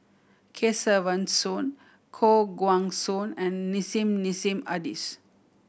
Kesavan Soon Koh Guan Song and Nissim Nassim Adis